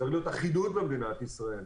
צריכה להיות אחידות במדינת ישראל.